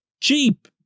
cheap